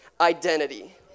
identity